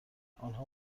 آنها